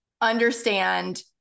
understand